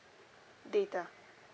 data